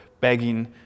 begging